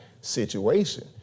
situation